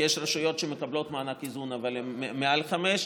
כי יש רשויות שמקבלות מענק איזון אבל הן מעל 5,